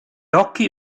occhi